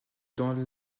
dans